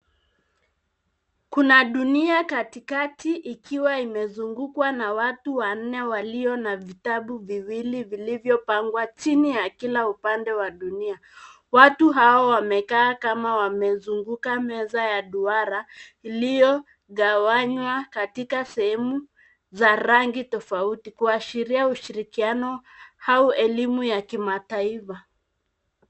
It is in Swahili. Kuna dunia katikati ikiwa imezungukwa na watu wanne walio na vitabu viwili vilivyopangwa chini ya kila upande wa dunia. Watu hao wamekaa kama wamezunguka meza ya duara iliyogawanywa katika sehemu za rangi tofauti kuashiria ushirikiano au elimu ya kimataifa.